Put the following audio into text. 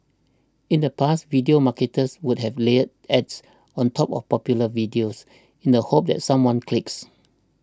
in the past video marketers would have layered ads on top of popular videos in the hope that someone clicks